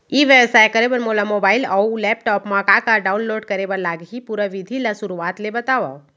ई व्यवसाय करे बर मोला मोबाइल अऊ लैपटॉप मा का का डाऊनलोड करे बर लागही, पुरा विधि ला शुरुआत ले बतावव?